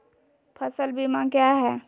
फ़सल बीमा क्या है?